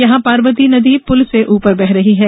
यहां पार्वती नदी पुल से ऊपर बह रही है